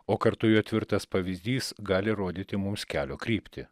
o kartu jo tvirtas pavyzdys gali rodyti mums kelio kryptį